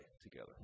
together